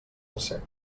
recer